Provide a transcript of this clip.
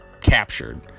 captured